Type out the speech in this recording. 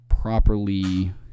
properly